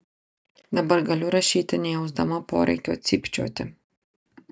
dabar galiu rašyti nejausdama poreikio cypčioti